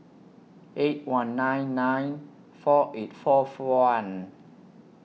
eight one nine nine four eight four one